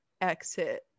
exit